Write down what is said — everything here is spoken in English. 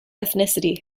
ethnicity